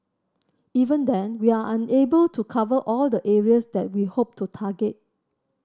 even then we are unable to cover all the areas that we hope to target